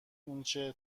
اونچه